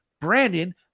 brandon